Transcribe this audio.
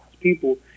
people